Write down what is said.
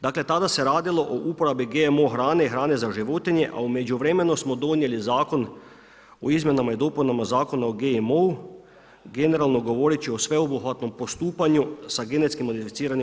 Dakle, tada se radilo o uporabi GMO hrane i hrane za životinje, a u međuvremenu smo donijeli Zakon o izmjenama i dopunama Zakona o GMO-u, generalno govoreći o sveobuhvatnom postupanju sa GMO.